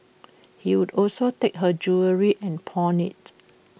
he would also take her jewellery and pawn IT